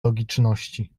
logiczności